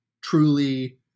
truly